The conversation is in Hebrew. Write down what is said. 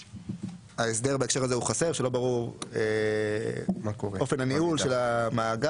הערנו שההסדר בהקשר הזה הוא חסר ושלא ברור אופן הניהול של המאגר